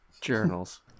journals